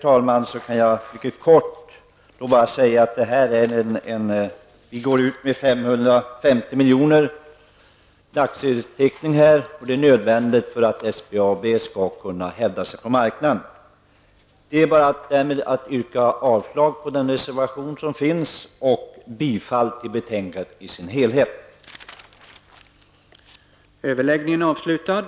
Vi går ut med 550 miljoner till aktieteckning, och det är nödvändigt för att SBAB skall kunna hävda sig på marknaden. Därmed yrkar jag avslag på den reservation som finns och bifall till hemställan i betänkandet i dess helhet.